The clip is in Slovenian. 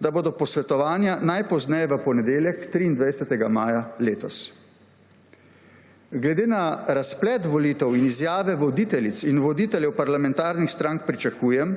da bodo posvetovanja najpozneje v ponedeljek, 23. maja letos. Glede na razplet volitev in izjave voditeljic in voditeljev parlamentarnih strank pričakujem,